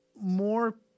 more